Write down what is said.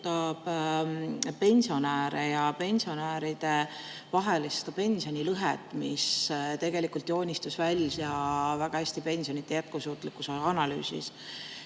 pensionäre ja pensionäridevahelist pensionilõhet, mis tegelikult joonistus väga hästi välja pensionide jätkusuutlikkuse analüüsis.